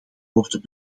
worden